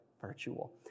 virtual